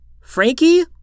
Frankie